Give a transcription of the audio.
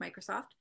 microsoft